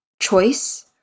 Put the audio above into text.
choice